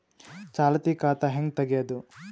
ಚಾಲತಿ ಖಾತಾ ಹೆಂಗ್ ತಗೆಯದು?